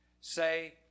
say